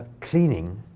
cleaning